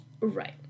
Right